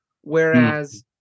Whereas